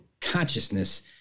consciousness